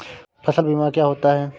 फसल बीमा क्या होता है?